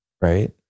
Right